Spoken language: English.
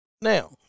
Now